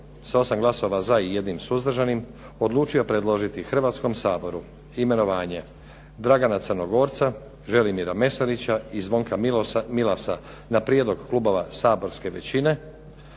sa 8 glasova za i 1 suzdržanim odlučio predložiti Hrvatskom saboru imenovanje Dragana Crnogorca, Želimira Mesarića i Zvonka Milasa na prijedlog klubova saborske većine,